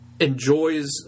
Enjoys